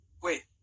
Wait